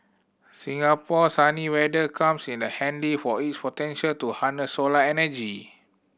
Singapore sunny weather comes in the handy for its potential to harness solar energy